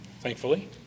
thankfully